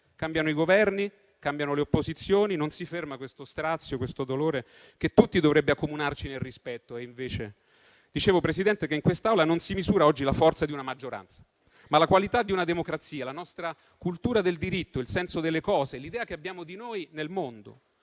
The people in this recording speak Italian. Cambiano i Governi e cambiano le opposizioni, ma non si ferma questo strazio, questo dolore che tutti dovrebbe accomunarci nel rispetto, e invece... Dicevo, signor Presidente, che in quest'Aula oggi non si misura la forza di una maggioranza, ma la qualità di una democrazia, la nostra cultura del diritto, il senso delle cose e l'idea che abbiamo di noi nel mondo.